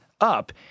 up